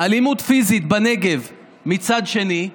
אלימות פיזית בנגב מצד שני,